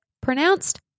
pronounced